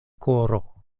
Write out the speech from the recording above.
koro